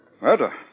Murder